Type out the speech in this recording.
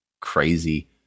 crazy